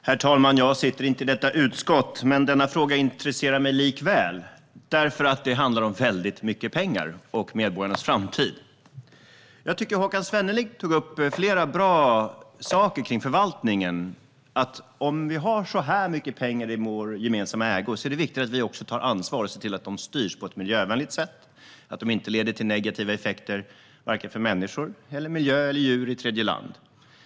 Herr talman! Jag sitter inte i detta utskott, men denna fråga intresserar mig likväl eftersom det handlar om väldigt mycket pengar och om medborgarnas framtid. Jag tycker att Håkan Svenneling tog upp flera bra saker kring förvaltningen - att om vi har så här mycket pengar i vår gemensamma ägo är det viktigt att vi tar ansvar och ser till att de styrs i miljövänlig riktning och att de inte leder till negativa effekter för vare sig miljö, människor eller djur i tredje land.